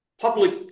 public